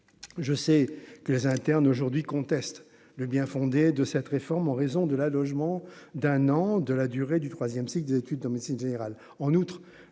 je sais que les internes aujourd'hui contestent le bien- fondé de cette réforme, en raison de la logement d'un an de la durée du 3ème cycle des études de médecine générale